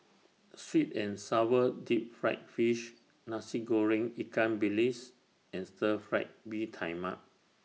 Sweet and Sour Deep Fried Fish Nasi Goreng Ikan Bilis and Stir Fry Mee Tai Mak